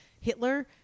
Hitler